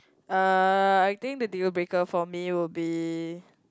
uh I think the deal breaker for me would be